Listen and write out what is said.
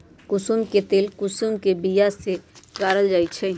कुशुम के तेल कुशुम के बिया से गारल जाइ छइ